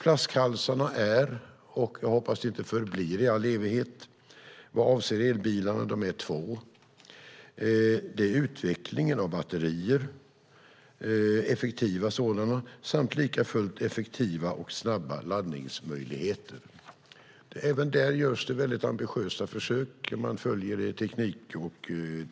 Flaskhalsarna hoppas jag inte förblir i all evighet. Vad avser elbilarna är de två: utvecklingen av effektiva batterier samt effektiva och snabba laddningsmöjligheter. Även där görs väldigt ambitiösa försök. Man följer teknik,